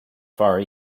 far